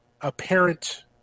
apparent